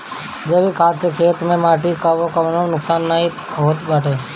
जैविक खाद से खेत के माटी कअ कवनो नुकसान नाइ होत बाटे